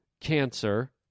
cancer